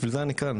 בשביל זה אני כאן,